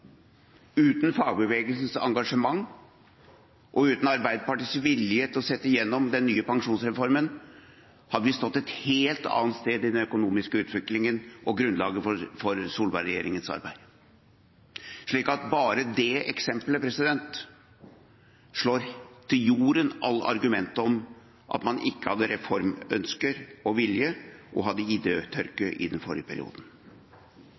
Uten fagbevegelsens engasjement og uten Arbeiderpartiets vilje til å sette igjennom den nye pensjonsreformen hadde vi stått et helt annet sted i den økonomiske utviklingen og grunnlaget for Solberg-regjeringens arbeid, slik at bare det eksemplet slår til jorden alle argumenter om at man ikke hadde reformønsker og reformvilje, og at man hadde idétørke i den forrige perioden.